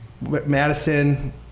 Madison